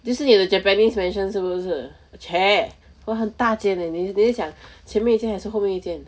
this is 你的 japanese mansion 是不是 !chey! !wah! 很大间 leh 你你在讲前面一间还是后面一间